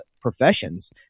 professions